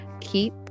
Keep